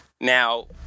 Now